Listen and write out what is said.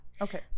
Okay